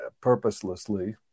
purposelessly